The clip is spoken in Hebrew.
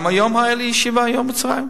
וגם היתה לי ישיבה היום בצהריים.